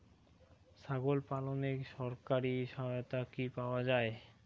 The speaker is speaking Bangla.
ছাগল পালনে সরকারি সহায়তা কি পাওয়া যায়?